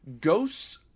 Ghosts